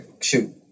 Shoot